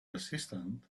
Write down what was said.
assistant